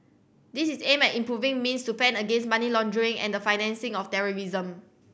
this is aimed at improving means to fend against money laundering and the financing of terrorism